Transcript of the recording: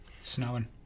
snowing